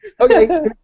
Okay